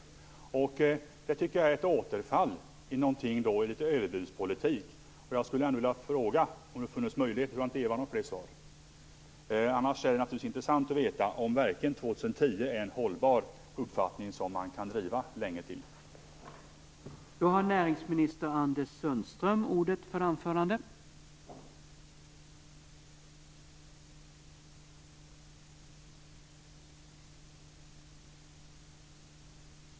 Det är ett återfall till en ödespolitik. Jag skulle vilja fråga - men nu har Eva Goës inte möjlighet att ge fler svar - om 2010 verkligen är en hållbar uppfattning som man kan driva länge till.